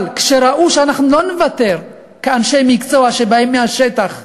אבל כשראו שאנחנו לא נוותר כאנשי מקצוע שבאים מהשטח,